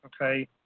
Okay